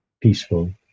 peaceful